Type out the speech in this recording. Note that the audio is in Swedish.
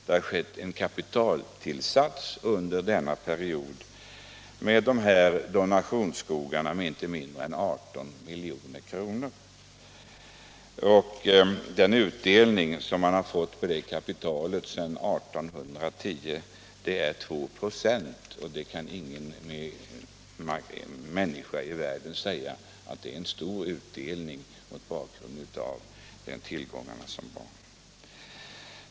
Det har skett en kapitaltillsats under denna period — med de nämnda donationsskogarna —- om inte mindre än 18 milj.kr. Den utdelning man har fått på det kapitalet sedan 1810 är 2 96, och ingen människa i världen kan säga att det är en stor utdelning - mot bakgrund av de tillgångar som fanns.